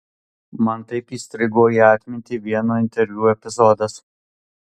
man taip įstrigo į atmintį vieno interviu epizodas